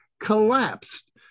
collapsed